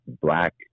black